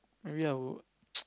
maybe I would